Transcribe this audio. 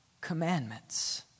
commandments